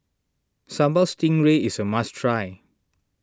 Sambal Stingray is a must try